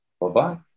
Bye-bye